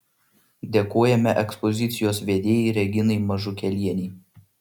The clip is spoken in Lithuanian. dėkojame ekspozicijos vedėjai reginai mažukėlienei